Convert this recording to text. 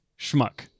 schmuck